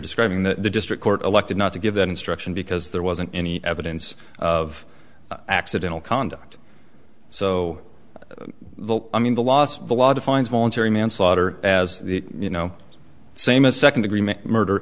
describing the district court elected not to give that instruction because there wasn't any evidence of accidental conduct so i mean the last the law defines voluntary manslaughter as you know same as second degree murder